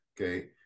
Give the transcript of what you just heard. okay